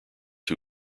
who